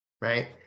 right